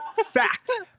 Fact